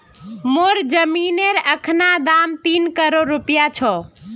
मोर जमीनेर अखना दाम तीन करोड़ रूपया छ